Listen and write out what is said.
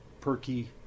perky